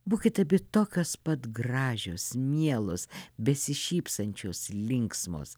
būkit abi tokios pat gražios mielos besišypsančios linksmos